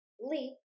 leap